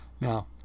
Now